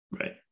right